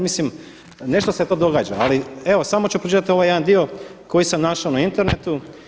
Mislim nešto se to događa, ali evo samo ću pročitati ovaj jedan dio koji sam našao na internetu.